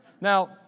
Now